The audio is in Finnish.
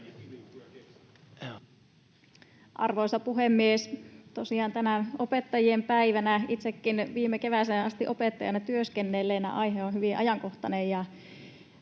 Arvoisa puhemies! Tosiaan tänään opettajien päivänä, itsekin viime kevääseen asti opettajana työskennelleenä, aihe on hyvin ajankohtainen